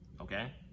okay